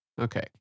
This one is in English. Okay